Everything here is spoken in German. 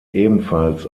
ebenfalls